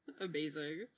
Amazing